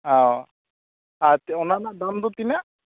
ᱚᱸᱻ ᱟᱨ ᱚᱱᱟ ᱨᱮᱱᱟᱜ ᱫᱟᱢ ᱫᱚ ᱛᱤᱱᱟᱹᱜ